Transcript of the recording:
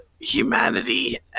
humanity